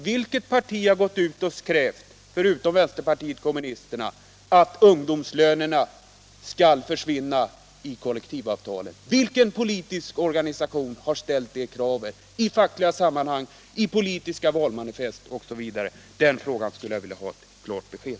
Vilket parti utom vänsterpartiet kommunisterna har krävt att ungdomslönerna skall tas bort ur kollektivavtalen? Vilken politisk organi Om lika lön för lika arbete oavsett ålder Om lika lön för lika arbete oavsett ålder sation har ställt det kravet, i fackliga sammanhang, i politiska valmanifest e. d.? På den punkten skulle jag vilja ha klart besked.